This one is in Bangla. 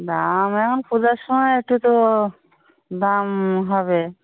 দাম এখন পূজার সময় একটু তো দাম হবে